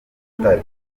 ubutare